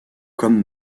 comme